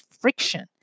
friction